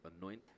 anoint